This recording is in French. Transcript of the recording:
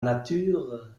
nature